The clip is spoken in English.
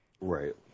Right